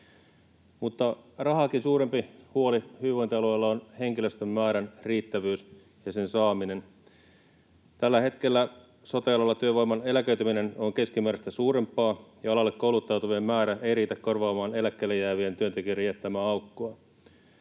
Mutta rahaakin suurempi huoli hyvinvointialueilla on henkilöstön määrän riittävyys ja sen saaminen. Tällä hetkellä sote-alalla työvoiman eläköityminen on keskimääräistä suurempaa, ja alalle kouluttautuvien määrä ei riitä korvaamaan eläkkeelle jäävien työntekijöiden jättämää aukkoa.